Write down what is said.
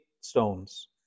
stones